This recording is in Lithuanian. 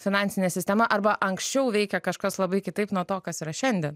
finansinė sistema arba anksčiau veikė kažkas labai kitaip nuo to kas yra šiandien